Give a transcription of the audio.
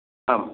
आम्